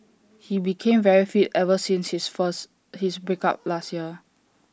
he became very fit ever since his first his break up last year